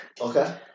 Okay